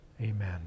Amen